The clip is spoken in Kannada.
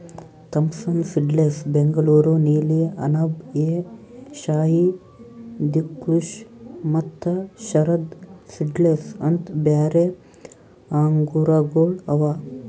ಥಾಂಪ್ಸನ್ ಸೀಡ್ಲೆಸ್, ಬೆಂಗಳೂರು ನೀಲಿ, ಅನಾಬ್ ಎ ಶಾಹಿ, ದಿಲ್ಖುಷ ಮತ್ತ ಶರದ್ ಸೀಡ್ಲೆಸ್ ಅಂತ್ ಬ್ಯಾರೆ ಆಂಗೂರಗೊಳ್ ಅವಾ